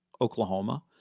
Oklahoma